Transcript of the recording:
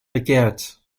begehrt